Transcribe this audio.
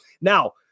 Now